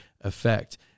effect